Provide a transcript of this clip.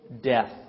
death